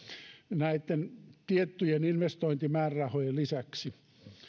näitten tiettyjen investointimäärärahojen lisäksi